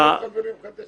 יביאו חברים חדשים.